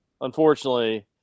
unfortunately